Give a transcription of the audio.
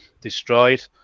destroyed